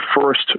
first